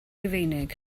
rufeinig